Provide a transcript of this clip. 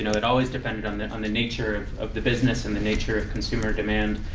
you know it always depended on the on the nature of the business and the nature of consumer demand.